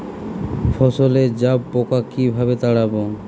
ফসলে জাবপোকা কিভাবে তাড়াব?